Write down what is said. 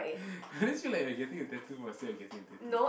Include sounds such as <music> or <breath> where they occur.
<breath> I just feel like getting a tattoo for the sake of getting a tattoo